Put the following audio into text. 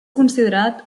considerat